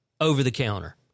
over-the-counter